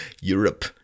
Europe